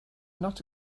not